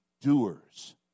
doers